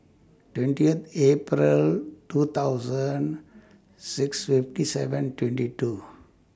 twentieth April two thousand six fifty seven twenty two